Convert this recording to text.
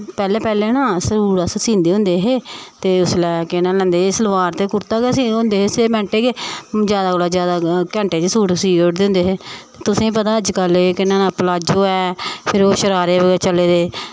पैह्लें ना सूट अस सींदे होंदे हे ते उसलै केह् नांऽ लैंदे सलवार ते कुर्ता गै होंदे हे स्हेई मायने च जादा कोला जादा घैंटे च सूट सी ओड़दे होंदे हे तुसें पता अज्जकल केह् नांऽ एह् प्लाजो ऐ फिर ओह् शरारे चले दे